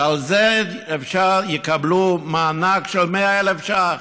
ועל זה יקבלו מענק של 100,000 שקלים,